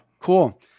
Cool